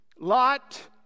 Lot